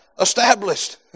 established